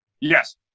yes